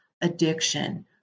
addiction